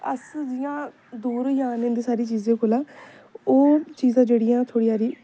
अस जियां दूर होई जारने इ'नें सारी चीजें कोला ओह् चीजां जेह्ड़ियां थोह्ड़ी हारी